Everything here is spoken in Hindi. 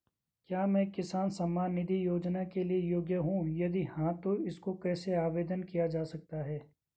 क्या मैं किसान सम्मान निधि योजना के लिए योग्य हूँ यदि हाँ तो इसको कैसे आवेदन किया जा सकता है?